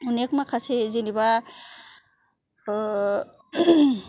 गोबां माखासे जेनेबा